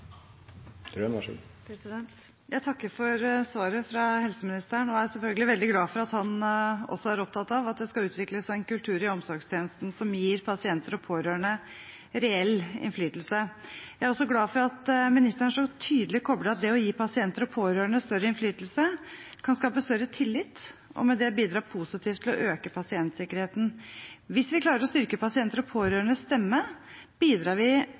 selvfølgelig veldig glad for at han også er opptatt av at det skal utvikles en kultur i omsorgstjenesten som gir pasienter og pårørende reell innflytelse. Jeg er også glad for at ministeren så tydelig kobler at det å gi pasienter og pårørende større innflytelse kan skape større tillit, og med det bidra positivt til å øke pasientsikkerheten. Hvis vi klarer å styrke pasienters og pårørendes stemmer, bidrar vi